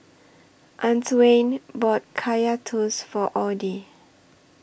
Antwain bought Kaya Toast For Audy